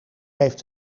heeft